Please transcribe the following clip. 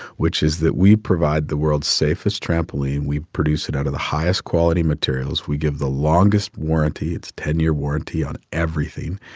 which is that we provide the world's safest trampoline. we produce it out of the highest-quality materials. we give the longest warranty it's a ten year warranty on everything.